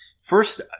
First